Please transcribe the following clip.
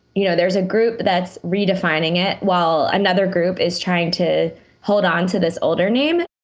you know, there's a group that's redefining it while another group is trying to hold on to this older name